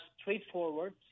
straightforward